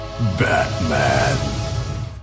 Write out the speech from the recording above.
Batman